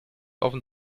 offen